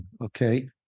okay